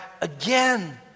again